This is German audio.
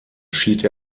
schied